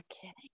kidding